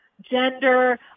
gender